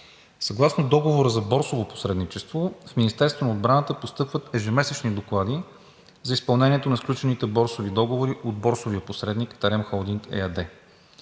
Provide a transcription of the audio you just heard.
Съгласно договора за борсово посредничество в Министерството на отбраната постъпват ежемесечни доклади за изпълнението на сключените борсови договори от борсовия посредник „Терем холдинг“ ЕАД.